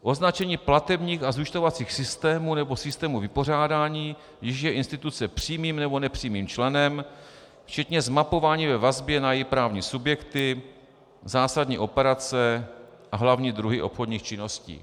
Označení platebních a zúčtovacích systémů nebo systémů vypořádání, jichž je instituce přímým nebo nepřímým členem, včetně zmapování ve vazbě na její právní subjekty, zásadní operace a hlavní druhy obchodních činností.